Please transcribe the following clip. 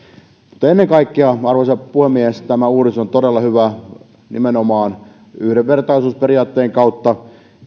ennen kaikkea arvoisa puhemies tämä uudistus on todella hyvä nimenomaan yhdenvertaisuusperiaatteen kautta